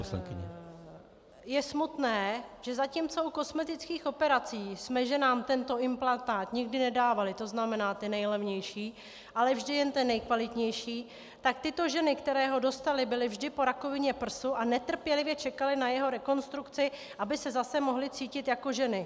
Je smutné, že zatímco u kosmetických operací jsme ženám tento implantát nikdy nedávali, tzn. ty nejlevnější, ale vždy jen ten nejkvalitnější, tak tyto ženy, které ho dostaly, byly vždy po rakovině prsu a netrpělivě čekaly na jeho rekonstrukci, aby se zase mohly cítit jako ženy.